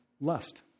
Lust